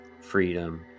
freedom